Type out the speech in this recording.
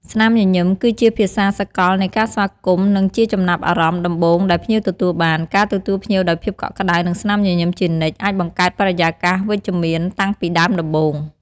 ស្នាមញញឹម គឺជាភាសាសកលនៃការស្វាគមន៍ និងជាចំណាប់អារម្មណ៍ដំបូងដែលភ្ញៀវទទួលបាន ការទទួលភ្ញៀវដោយភាពកក់ក្តៅ និងស្នាមញញឹមជានិច្ច អាចបង្កើតបរិយាកាសវិជ្ជមានតាំងពីដើមដំបូង។